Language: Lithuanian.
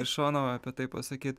iš šono apie tai pasakyt